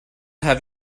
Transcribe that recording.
have